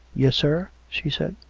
yes, sir? she said.